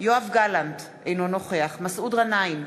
יואב גלנט, אינו נוכח מסעוד גנאים,